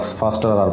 faster